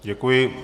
Děkuji.